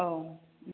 औ